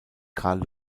carl